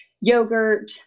yogurt